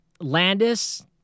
Landis